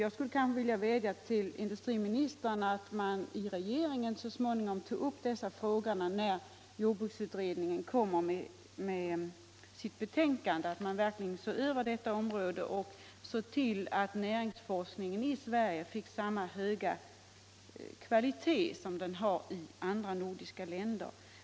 Jag skulle vilja vädja till industriministern att regeringen tar upp dessa frågor när jordbruksutredningen så småningom lägger fram sitt betänkande och verkligen ser till att näringsforskningen i Sverige får samma höga kvalitet som i andra nordiska länder.